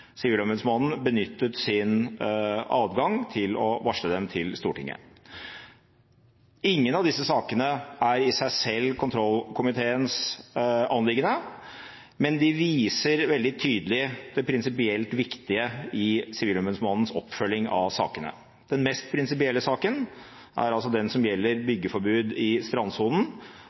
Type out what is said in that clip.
Sivilombudsmannen benyttet sin adgang til å varsle dem til Stortinget. Ingen av disse sakene er i seg selv kontrollkomiteens anliggende, men de viser veldig tydelig det prinsipielt viktige i Sivilombudsmannens oppfølging av sakene. Den mest prinsipielle saken er altså den som gjelder byggeforbud i strandsonen